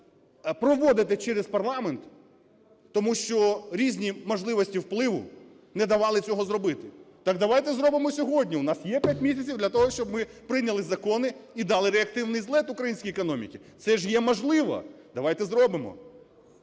тому що різні можливості впливу не давали цього зробити. Так давайте зробимо сьогодні. В нас є п'ять місяців для того, щоб ми прийняли закони і дали реактивний злет українській економіці. Це ж є можливо! Давайте зробимо!